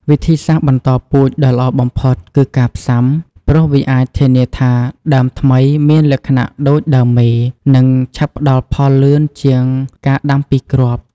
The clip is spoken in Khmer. វិធីសាស្ត្របន្តពូជដ៏ល្អបំផុតគឺការផ្សាំ ព្រោះវាអាចធានាថាដើមថ្មីមានលក្ខណៈដូចដើមមេ និងឆាប់ផ្ដល់ផលលឿនជាងការដាំពីគ្រាប់។